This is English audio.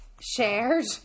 shared